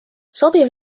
sobiv